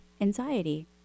anxiety